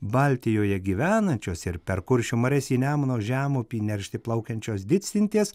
baltijoje gyvenančios ir per kuršių marias į nemuno žemupį neršti plaukiančios didstintės